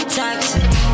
toxic